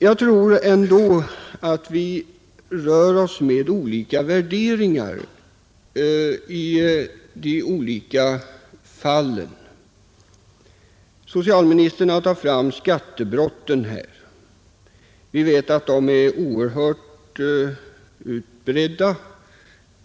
Det är uppenbart att värderingarna är rätt olika i olika fall. Socialministern har berört skattebrotten, och de är som bekant starkt utbredda.